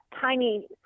tiny